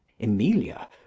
emilia